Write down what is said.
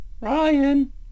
ryan